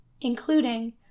including